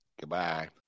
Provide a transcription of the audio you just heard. Goodbye